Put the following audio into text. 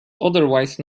otherwise